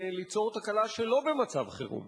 ליצור תקלה שלא במצב חירום.